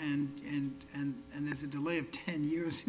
and and and and this is delay of ten years